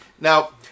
Now